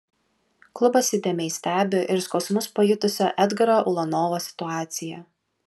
klubas įdėmiai stebi ir skausmus pajutusio edgaro ulanovo situaciją